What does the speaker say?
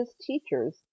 teachers